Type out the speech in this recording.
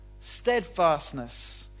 steadfastness